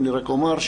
אני רק אומר,